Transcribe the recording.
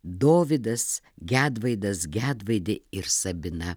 dovydas gedvaidas gedvaidė ir sabina